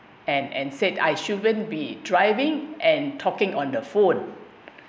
and and said I shouldn't be driving and talking on the phone